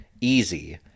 easy